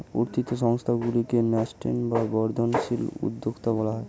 উঠতি সংস্থাগুলিকে ন্যাসেন্ট বা বর্ধনশীল উদ্যোক্তা বলা হয়